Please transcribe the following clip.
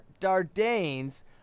Dardanes